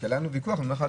אני אומר לך,